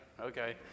Okay